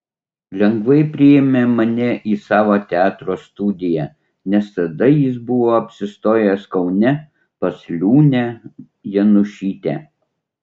lengvai priėmė mane į savo teatro studiją nes tada jis buvo apsistojęs kaune pas liūnę janušytę